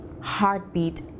heartbeat